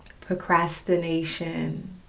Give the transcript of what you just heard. Procrastination